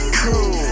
cool